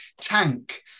tank